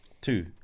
two